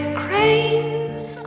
cranes